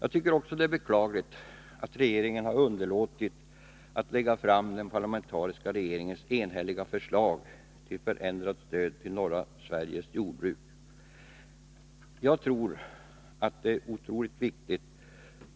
Jag tycker också att det är beklagligt att regeringen har underlåtit att framlägga den parlamentariska kommitténs enhälliga förslag om förändrat stöd till norra Sveriges jordbruk. Jag tror att det är otroligt viktigt